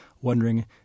wondering